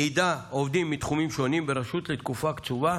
היא ניידה עובדים מתחומים שונים ברשות לתקופה קצובה